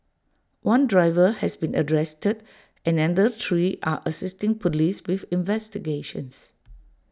one driver has been arrested and another three are assisting Police with investigations